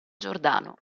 giordano